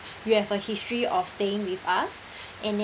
you have a history of staying with us and then